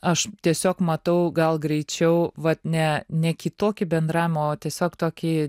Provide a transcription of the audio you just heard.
aš tiesiog matau gal greičiau va ne ne kitokį bendravimą o tiesiog tokį